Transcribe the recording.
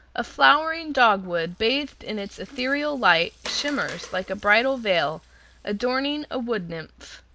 a flowering dogwood bathed in its ethereal light shimmers like a bridal veil adorning a wood nymph.